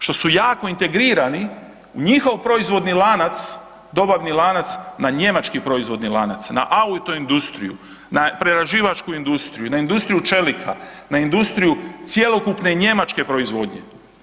Što su jako integrirani, njihov proizvodni lanac, dobavni lanac na njemački proizvodni lanac, na autoindustriju, na prerađivačku industriju, na industriju čelika, na industriju cjelokupne njemačke proizvodnje.